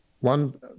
One